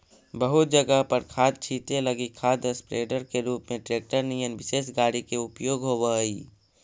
बहुत जगह पर खाद छीटे लगी खाद स्प्रेडर के रूप में ट्रेक्टर निअन विशेष गाड़ी के उपयोग होव हई